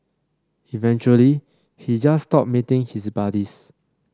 eventually he just stopped meeting his buddies